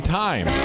time